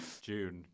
June